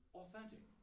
authentic